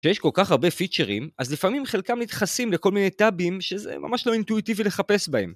כשיש כל כך הרבה פיצ'רים אז לפעמים חלקם נדחסים לכל מיני טאבים שזה ממש לא אינטואיטיבי לחפש בהם